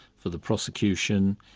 for the prosecution,